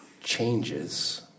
changes